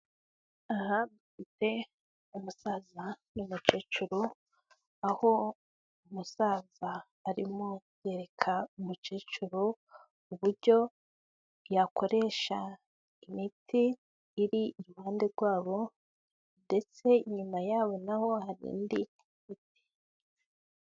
Aha dufite umusaza n'umukecuru aho umusaza arimo yereka umukecuru uburyo yakoresha imiti iri iruhande rwabo ndetse nyuma yaho naho hari indi miti.